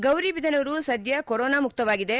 ಗೌರಿಬಿದನೂರು ಸದ್ಯ ಕೊರೊನಾ ಮುಕ್ತವಾಗಿದೆ